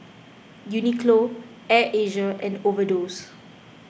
Uniqlo Air Asia and Overdose